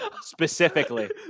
specifically